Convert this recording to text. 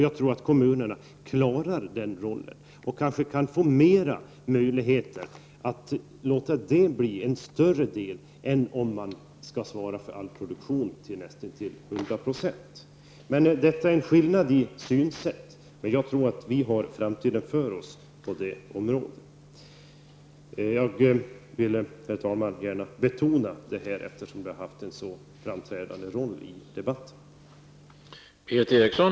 Jag tror att kommunerna klarar den rollen och att de kanske kan få mera möjligheter att låta den bli en större del av verksamheten än om man skall svara för all produktion till nästan hundra procent. Det finns här en skillnad i synsätt, men jag tror att vi i centern har framtiden för oss. Jag vill, herr talman, gärna betona detta eftersom det har haft en så framträdande roll i debatten.